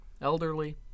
elderly